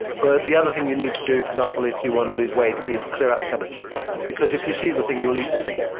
but the other thing you need to do, for example, if you want to lose weight is clear out the cupboards because if you see the thing, you'll eat the thing.